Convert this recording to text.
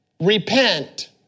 repent